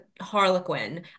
Harlequin